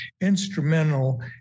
instrumental